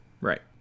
Right